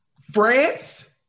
France